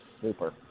Super